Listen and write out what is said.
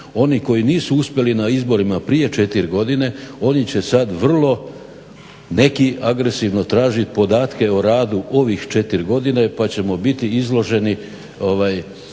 oni koji nisu uspjeli na izborima prije 4 godine oni će sada vrlo neki agresivno tražiti podatke o radu ovih 4 godine pa ćemo biti izloženi